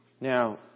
Now